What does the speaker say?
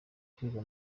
kwiga